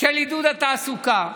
לעידוד התעסוקה,